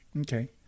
okay